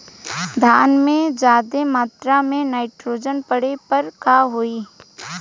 धान में ज्यादा मात्रा पर नाइट्रोजन पड़े पर का होई?